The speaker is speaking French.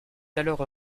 alors